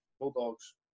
Bulldogs –